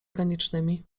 ganicznymi